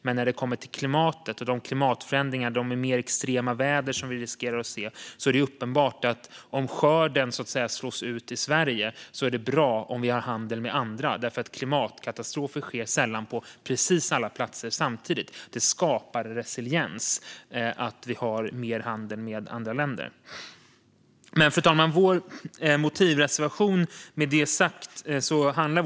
Men när det kommer till klimatet, klimatförändringarna och de extrema väder som vi riskerar att se är det uppenbart att om skörden slås ut i Sverige är det bra om vi har handel med andra. Klimatkatastrofer sker sällan på precis alla platser samtidigt. Det skapar resiliens att vi har mer handel med andra länder. Fru talman! Jag yrkar bifall till reservation 4.